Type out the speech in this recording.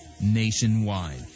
nationwide